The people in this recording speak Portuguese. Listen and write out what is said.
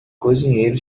cozinheiro